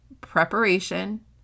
preparation